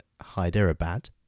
Hyderabad